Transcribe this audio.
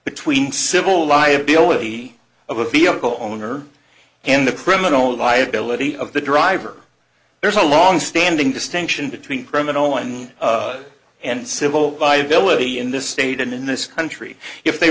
between civil liability of a vehicle owner and a criminal liability of the driver there's a long standing distinction between criminal one and civil by ability in this state and in this country if they